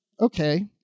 okay